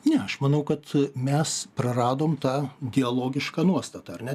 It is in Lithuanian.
ne aš manau kad mes praradom tą dialogišką nuostatą ar ne